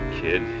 kid